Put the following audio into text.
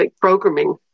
programming